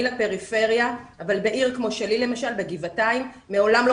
לפריפריה אבל בעיר כמו שלי למשל בגבעתיים מעולם לא